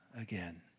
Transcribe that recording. again